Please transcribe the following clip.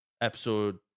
episode